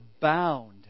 bound